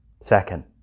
Second